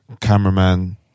cameraman